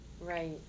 Right